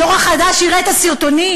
הדור החדש יראה את הסרטונים.